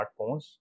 smartphones